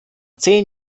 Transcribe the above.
zehn